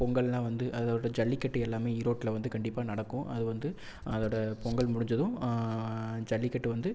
பொங்கல்லாம் வந்து அதோடய ஜல்லிக்கட்டு எல்லாமே ஈரோட்டில் வந்து கண்டிப்பாக நடக்கும் அது வந்து அதோடு பொங்கல் முடிஞ்சதும் ஜல்லிக்கட்டு வந்து